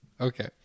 Okay